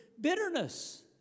bitterness